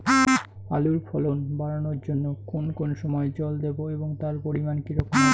আলুর ফলন বাড়ানোর জন্য কোন কোন সময় জল দেব এবং তার পরিমান কি রকম হবে?